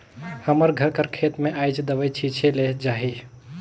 हमर घर कर खेत में आएज दवई छींचे ले जाही